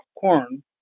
corn